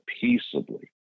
peaceably